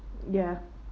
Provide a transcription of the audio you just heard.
ya